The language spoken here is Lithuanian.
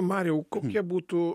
mariau kokie būtų